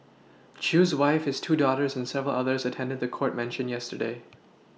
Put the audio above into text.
Chew's wife his two daughters and several others attended the court mention yesterday